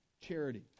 charity